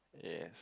yes